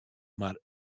mar